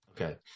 Okay